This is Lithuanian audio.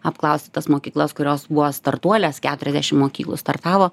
apklausti tas mokyklas kurios buvo startuolės keturiasdešim mokyklų startavo